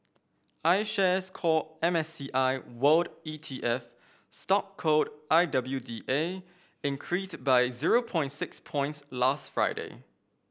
IShares Core M S C I World E T F stock code I W D A increased by zero points six points last Friday